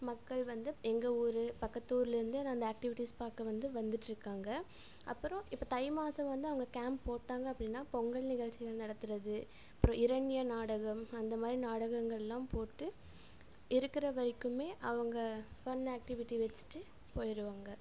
மக்கள் வந்து எங்கள் ஊர் பக்கத்து ஊர்லந்து நான் அந்த ஆக்டிவிட்டிஸ் பார்க்க வந்து வந்துட்டுருக்காங்க அப்புறம் இப்போ தை மாதம் வந்து அவங்க கேம்ப் போட்டாங்க அப்படின்னா பொங்கல் நிகழ்ச்சிகள் நடத்துறது அப்புறம் இரணிய நாடகம் அந்த மாதிரி நாடகங்கள் எல்லாம் போட்டு இருக்கிற வரைக்குமே அவங்க ஃபன் ஆக்டிவிட்டி வச்சிட்டு போயிருவாங்க